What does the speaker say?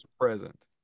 present